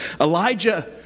Elijah